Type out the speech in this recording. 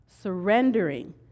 surrendering